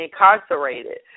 incarcerated